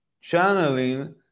channeling